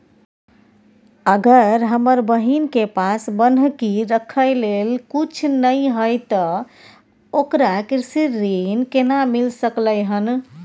अगर हमर बहिन के पास बन्हकी रखय लेल कुछ नय हय त ओकरा कृषि ऋण केना मिल सकलय हन?